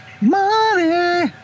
money